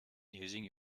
using